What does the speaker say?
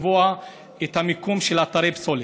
לקבוע את המיקום של אתרי פסולת.